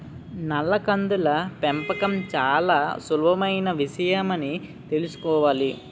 నల్ల కందుల పెంపకం చాలా సులభమైన విషయమని తెలుసుకోవాలి